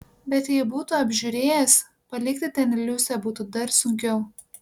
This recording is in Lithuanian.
bet jei būtų apžiūrėjęs palikti ten liusę būtų dar sunkiau